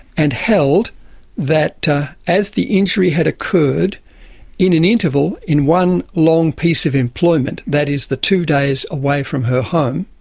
and held that as the injury had occurred in an interval in one long piece of employment, that is the two days away from her home,